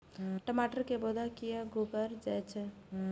टमाटर के पौधा किया घुकर जायछे?